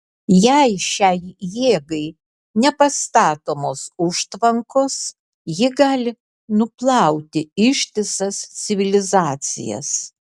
jei šiai jėgai nepastatomos užtvankos ji gali nuplauti ištisas civilizacijas